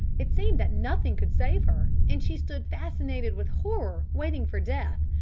it seemed that nothing could save her, and she stood fascinated with horror, waiting for death.